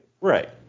Right